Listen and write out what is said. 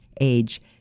age